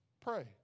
Pray